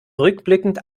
rückblickend